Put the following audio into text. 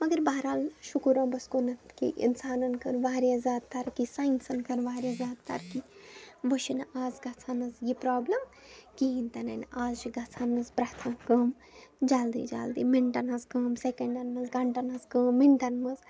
مگر بہرحال شُکُر رۄبَس کُنَتھ کہِ اِنسانَن کٔر واریاہ زیادٕ ترقی ساینَسَن کٔر واریاہ زیادٕ ترقی وۄنۍ چھِنہٕ آز گژھان حظ یہِ پرٛابلِم کِہیٖنۍ تِنہِ نہٕ آز چھِ گَژھان حظ پرٛٮ۪تھ کانٛہہ کٲم جَلدی جَلدی مِنٹَن ہٕنٛز کٲم سٮ۪کٮ۪نٛڈَن منٛز گَنٹَن ہٕنٛز کٲم مِنٹَن منٛز